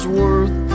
worth